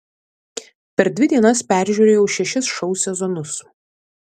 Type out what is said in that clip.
per dvi dienas peržiūrėjau šešis šou sezonus